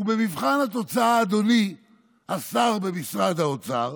ובמבחן התוצאה, אדוני השר במשרד האוצר,